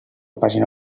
pàgina